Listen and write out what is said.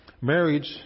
marriage